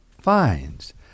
finds